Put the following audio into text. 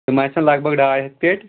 تِم آسَن لگ بگ ڈاے ہَتھ پیٹہِ